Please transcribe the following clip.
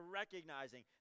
recognizing